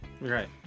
Right